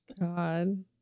god